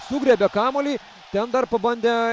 sugriebia kamuolį ten dar pabandė